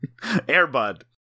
Airbud